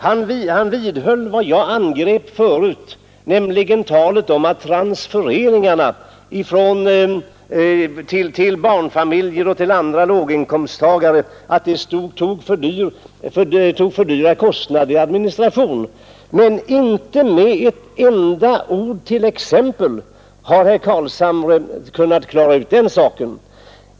Han vidhåller vad jag angrep förut, nämligen talet om att transfereringarna till barnfamiljer och andra låginkomsttagare vållar för höga administrationskostnader. Men inte med ett enda exempel har herr Carlshamre kunnat klara ut den saken.